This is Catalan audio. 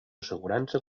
assegurança